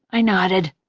i nodded.